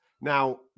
now